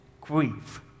grief